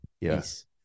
Yes